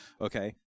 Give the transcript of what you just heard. Okay